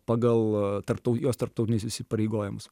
pagal tarptau jos tarptautinius įsipareigojimus